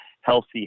healthy